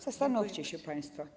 Zastanówcie się państwo.